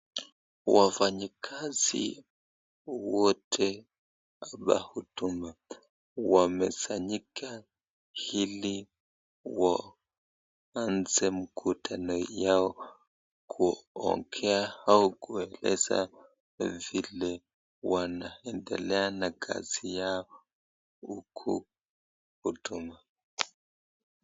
Wafanyikazi wote hapa huduna wamesanyika ili waanze mkutano yao kuongea au kueleza vile wanaendelea na lazi yao huku huduma.